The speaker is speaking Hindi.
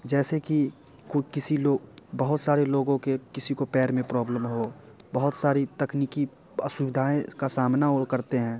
जैसे कि खुद किसी बहुत सारे लोगों के किसी को पैर में प्रॉब्लम हो बहुत सारी तकनीकी असुविधाएँ का सामना और करते हैं